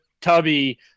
Tubby